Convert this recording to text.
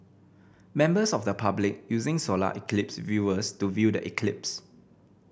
members of the public using solar eclipse viewers to view the eclipse